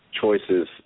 choices